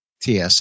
TSI